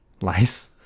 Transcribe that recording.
lice